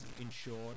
ensure